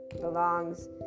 belongs